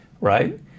right